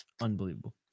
unbelievable